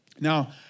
Now